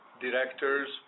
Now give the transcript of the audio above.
directors